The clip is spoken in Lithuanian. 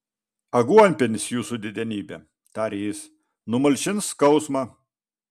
aguonpienis jūsų didenybe tarė jis numalšins skausmą